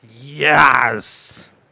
Yes